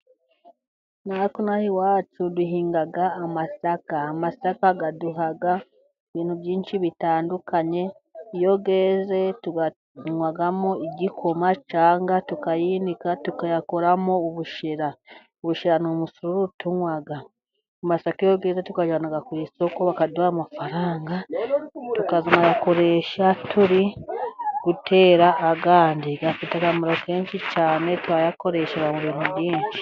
Natwe inaha iwacu duhinga amasaka, amasaka aduha ibintu byinshi bitandukanye, iyo yeze tuyanywamo igikoma cyangwa tukayinika, tukayakoramo ubushera, ubushera ni umusururu tuywa. Amasaka iyo yeze tuyajyana ku isoko bakaduha amafaranga, tukazayakoresha turi gutera ayandi. Afite akamro kenshi cyane, tuyakoresha mu bintu byinshi.